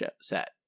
set